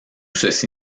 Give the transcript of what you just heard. ceci